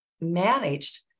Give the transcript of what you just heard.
managed